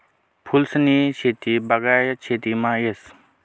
फूलसनी शेती बागायत शेतीमा येस